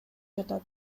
жатат